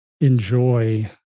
enjoy